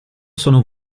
sono